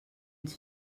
ens